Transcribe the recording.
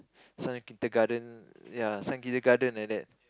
some kindergarten ya some kindergarten like that